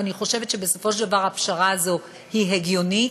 ואני חושבת שבסופו של דבר הפשרה הזאת היא הגיונית,